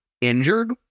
injured